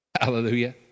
Hallelujah